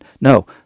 No